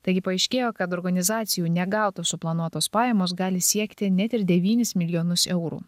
taigi paaiškėjo kad organizacijų negautos suplanuotos pajamos gali siekti net ir devynis milijonus eurų